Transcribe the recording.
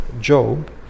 Job